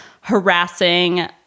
harassing